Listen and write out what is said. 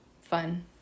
fun